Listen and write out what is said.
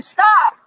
Stop